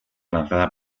lanzada